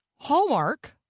Hallmark